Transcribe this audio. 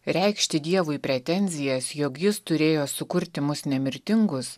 reikšti dievui pretenzijas jog jis turėjo sukurti mus nemirtingus